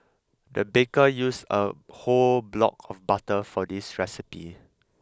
the baker used a whole block of butter for this recipe